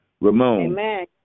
Ramon